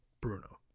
Bruno